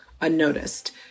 unnoticed